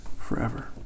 forever